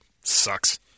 sucks